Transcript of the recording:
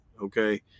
okay